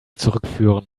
zurückführen